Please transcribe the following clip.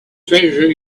treasure